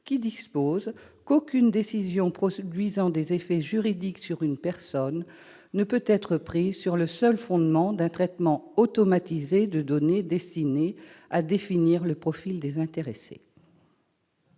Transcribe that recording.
qui dispose :« Aucune [...] décision produisant des effets juridiques à l'égard d'une personne ne peut être prise sur le seul fondement d'un traitement automatisé de données destiné à définir le profil de l'intéressé